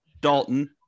Dalton